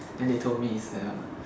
then they told me it's a